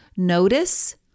Notice